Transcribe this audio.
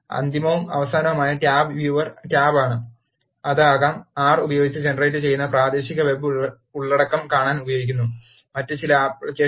അന്തിമവും അവസാനവുമായ tab viewer tab ആണ് അത് ആകാം ആർ ഉപയോഗിച്ച് ജനറേറ്റുചെയ്യുന്ന പ്രാദേശിക വെബ് ഉള്ളടക്കം കാണാൻ ഉപയോഗിക്കുന്നു മറ്റ് ചില ആപ്ലിക്കേഷനുകൾ